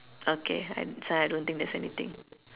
okay I so I don't think there is anything